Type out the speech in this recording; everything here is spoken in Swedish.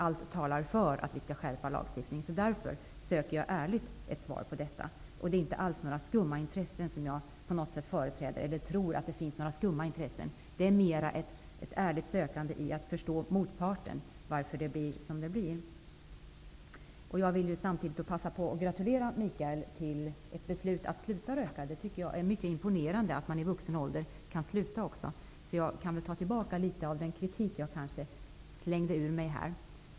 Allt talar för att vi skall skärpa lagstiftningen. Därför söker jag ärligt ett svar. Jag tror inte alls att det finns några skumma intressen. Detta är mera ett ärligt sökande i att förstå motparten och förstå varför det blir som det blir. Jag vill passa på att gratulera Mikael Odenberg till beslutet att sluta röka. Det är mycket imponerande att man i vuxen ålder kan sluta. Jag kan väl ta tillbaka litet av den kritik jag kanske slängde ur mig.